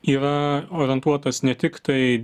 yra orientuotas ne tiktai